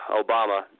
Obama